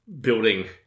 building